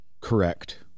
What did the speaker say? Correct